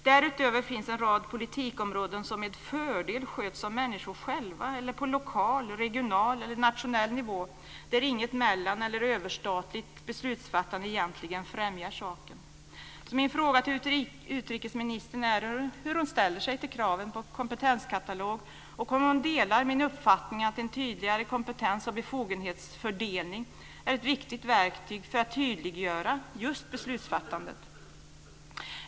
Därutöver finns en rad politikområden som med fördel sköts av människor själva eller på lokal, regional eller nationell nivå, där inget mellan eller överstatligt beslutsfattande egentligen främjar saken. Hur ställer sig utrikesministern till kraven på kompetenskatalog? Delar hon min uppfattning att en tydligare kompetens och befogenhetsfördelning är ett viktigt verktyg för att tydliggöra beslutsfattandet?